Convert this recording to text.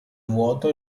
vuoto